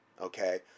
Okay